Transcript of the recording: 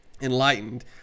enlightened